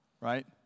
right